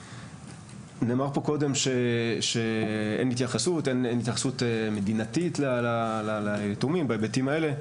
נאמר פה קודם שאין התייחסות מדינתית ליתומים בהיבטים האלה.